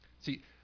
See